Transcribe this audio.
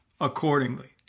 accordingly